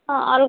ହଁ ଅଲଗା